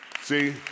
See